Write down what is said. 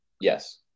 Yes